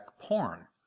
porn